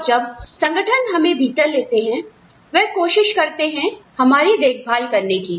और जब संगठन हमें भीतर लेते हैं वह कोशिश करते हैं हमारी देखभाल करने की